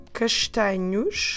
castanhos